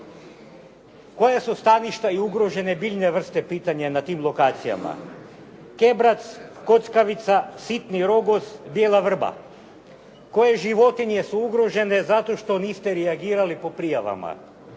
Koja su staništa i ugrožene biljne vrste, pitanje je, na tim lokacijama? Kebrac, kockavica, sitni rogoz, bijela vrba. Koje životinje su ugrožene zato što niste reagirali po prijavama?